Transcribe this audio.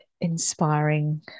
inspiring